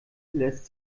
lässt